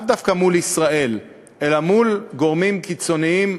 לאו דווקא מול ישראל אלא מול גורמים קיצוניים,